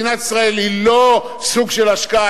מדינת ישראל היא לא סוג של השקעה